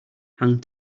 hang